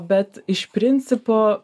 bet iš principo